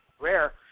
rare